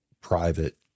private